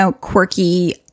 quirky